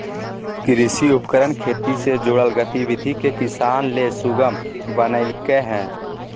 कृषि उपकरण खेती से जुड़ल गतिविधि के किसान ले सुगम बनइलके हें